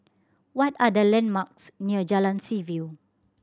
what are the landmarks near Jalan Seaview